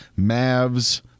Mavs